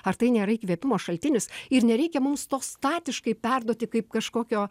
ar tai nėra įkvėpimo šaltinis ir nereikia mums to statiškai perduoti kaip kažkokio